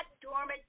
dormant